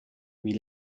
wie